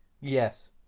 Yes